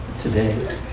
today